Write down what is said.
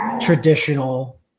traditional